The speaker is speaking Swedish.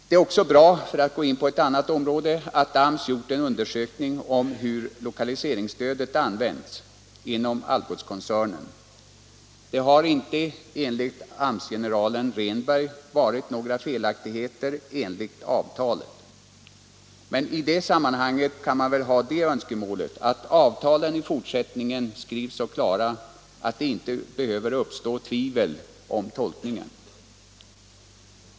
Det är också bra — för att gå in på ett annat område — att AMS gjort en undersökning om hur lokaliseringsstödet använts inom Algotskoncernen. Enligt AMS-generalen Rehnberg har det inte förekommit några felaktigheter i förhållande till avtalet. Men i det här sammanhanget kan man väl ha önskemålet att avtalen i fortsättningen skrivs så klart att det inte behöver uppstå tvivel om tolkningen.